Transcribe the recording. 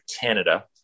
Canada